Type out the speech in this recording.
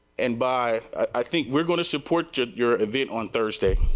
and by i think we are going to support your your events on thursday.